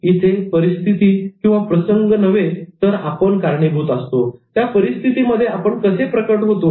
इथे परिस्थिती किंवा प्रसंग नव्हे तर आपण कारणीभूत असतो त्या परिस्थितीमध्ये आपण तसे प्रकट होतो